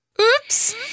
Oops